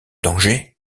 danger